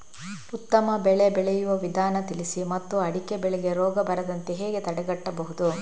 ಉತ್ತಮ ಬೆಳೆ ಬೆಳೆಯುವ ವಿಧಾನ ತಿಳಿಸಿ ಮತ್ತು ಅಡಿಕೆ ಬೆಳೆಗೆ ರೋಗ ಬರದಂತೆ ಹೇಗೆ ತಡೆಗಟ್ಟಬಹುದು?